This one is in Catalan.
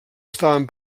estaven